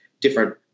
different